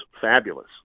fabulous